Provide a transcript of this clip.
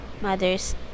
mothers